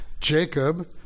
Jacob